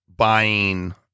Buying